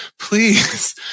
please